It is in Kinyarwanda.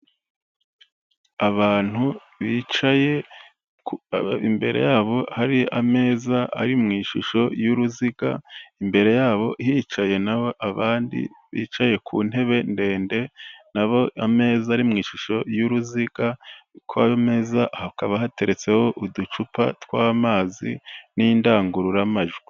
Abantu bicaye, imbere yabo hari ameza ari mu ishusho y'uruziga, imbere yabo hicaye naho abandi bicaye ku ntebe ndende, nabo ameza ari mu ishusho y'uruziga, kuri ayo meza hakaba hateretseho uducupa tw'amazi n'indangururamajwi.